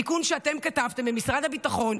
תיקון שאתם כתבתם במשרד הביטחון,